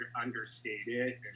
understated